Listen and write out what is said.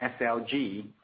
SLG